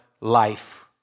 life